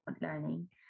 learning